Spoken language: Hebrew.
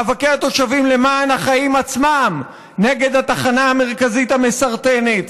מאבקי התושבים למען החיים עצמם: נגד התחנה המרכזית המסרטנת,